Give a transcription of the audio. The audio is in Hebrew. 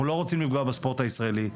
אנחנו לא רוצים לפגוע בספורט הישראלי.